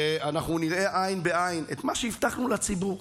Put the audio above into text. שנראה עין בעין את מה שהבטחנו לציבור,